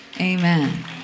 amen